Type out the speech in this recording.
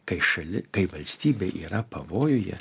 kai šali kai valstybė yra pavojuje